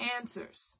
answers